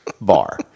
bar